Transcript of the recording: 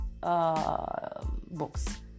books